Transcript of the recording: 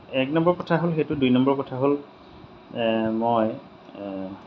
এক নম্বৰ কথা হ'ল সেইটো দুই নম্বৰ কথা হ'ল মই